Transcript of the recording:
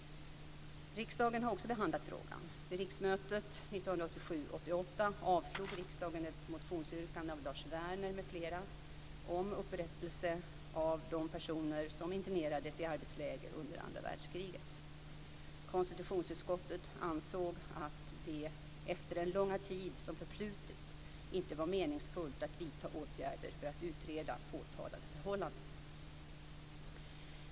Riksdagen har också behandlat frågan. Vid riksmötet 1987/88 avslog riksdagen ett motionsyrkande av Lars Werner m.fl. om upprättelse av de personer som internerades i arbetsläger under andra världskriget. Konstitutionsutskottet ansåg att det efter den långa tid som förflutit inte var meningsfullt att vidta åtgärder för att utreda påtalade förhållanden.